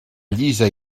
llisa